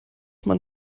man